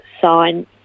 sign